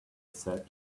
said